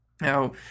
Now